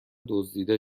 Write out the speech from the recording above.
دزدیده